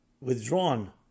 withdrawn